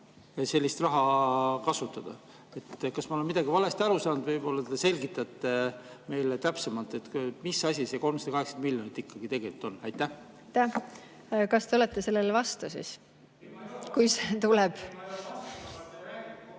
sellist raha kasutada? Kas ma olen midagi valesti aru saanud? Võib-olla te selgitate meile täpsemalt, mis asi see 380 miljonit ikkagi tegelikult on. Aitäh! Kas te olete siis sellele vastu, kui see tuleb?